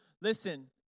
Listen